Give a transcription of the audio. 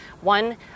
One